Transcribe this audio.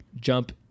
jump